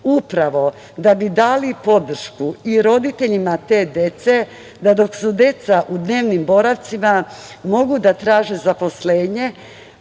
upravo da bi dali podršku i roditeljima te dece. Dok su deca u dnevnim boravcima mogu da traže zaposlenje,